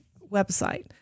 website